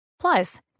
Plus